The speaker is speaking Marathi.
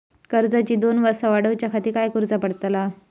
कर्जाची दोन वर्सा वाढवच्याखाती काय करुचा पडताला?